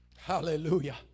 Hallelujah